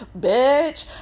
Bitch